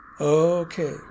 Okay